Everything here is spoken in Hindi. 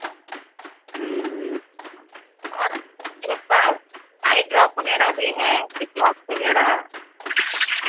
और मेर पास आई ड्रॉप भी हैं सिप्लॉक्स वगैरह